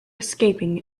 escaping